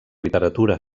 literatura